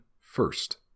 first